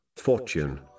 fortune